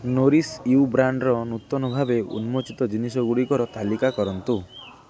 nourish you ବ୍ରାଣ୍ଡ୍ର ନୂତନ ଭାବେ ଉନ୍ମୋଚିତ ଜିନିଷଗୁଡ଼ିକର ତାଲିକା କରନ୍ତୁ